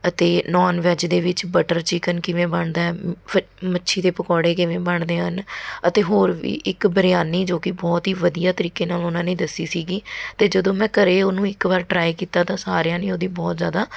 ਅਤੇ non veg ਦੇ ਵਿੱਚ ਬਟਰ ਚਿਕਨ ਕਿਵੇਂ ਬਣਦਾ ਹੈ ਫ਼ ਮੱਛੀ ਦੇ ਪਕੌੜੇ ਕਿਵੇਂ ਬਣਦੇ ਹਨ ਅਤੇ ਹੋਰ ਵੀ ਇੱਕ ਬਰਿਆਨੀ ਜੋ ਕਿ ਬਹੁਤ ਹੀ ਵਧੀਆ ਤਰੀਕੇ ਨਾਲ ਉਹਨਾਂ ਨੇ ਦੱਸੀ ਸੀਗੀ ਅਤੇ ਜਦੋਂ ਮੈਂ ਘਰੇ ਉਹਨੂੰ ਇੱਕ ਵਾਰ ਟਰਾਈ ਕੀਤਾ ਤਾਂ ਸਾਰਿਆਂ ਨੇ ਉਹਦੀ ਬਹੁਤ ਜ਼ਿਆਦਾ